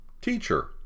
teacher